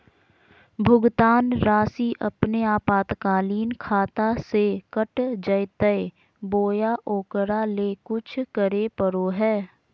भुक्तान रासि अपने आपातकालीन खाता से कट जैतैय बोया ओकरा ले कुछ करे परो है?